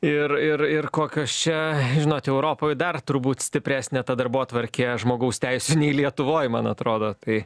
ir ir ir kokios čia žinot europoj dar turbūt stipresnė ta darbotvarkė žmogaus teisių nei lietuvoj man atrodo tai